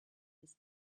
his